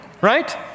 right